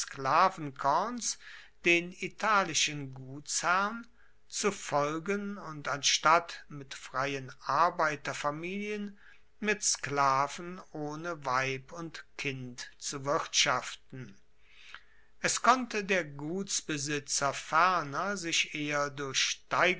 sklavenkorns den italischen gutsherrn zu folgen und anstatt mit freien arbeiterfamilien mit sklaven ohne weib und kind zu wirtschaften es konnte der gutsbesitzer ferner sich eher durch